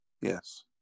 Yes